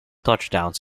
touchdowns